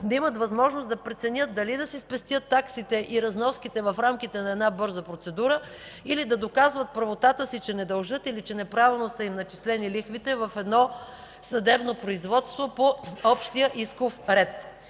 да имат възможност да преценят дали да си спестят таксите и разноските в рамките на една бърза процедура, или да доказват правотата си, че не дължат, или че неправилно са им начислени лихвите в едно съдебно производство по общия исков ред.